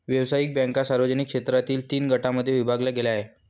व्यावसायिक बँका सार्वजनिक क्षेत्रातील तीन गटांमध्ये विभागल्या गेल्या आहेत